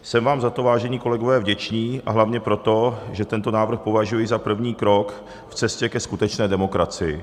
Jsem vám za to, vážení kolegové, vděčný, a hlavně proto, že tento návrh považuji za první krok v cestě ke skutečné demokracii.